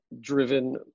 driven